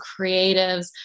creatives